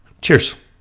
Cheers